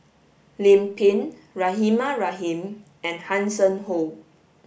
Lim Pin Rahimah Rahim and Hanson Ho